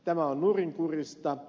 tämä on nurinkurista